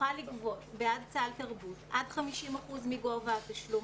יוכל לגבות בעד סל תרבות עד 50% מגובה התשלום